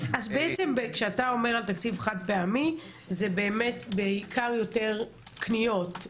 כשאתה אומר תקציב חד פעמי זה בעיקר יותר קניות: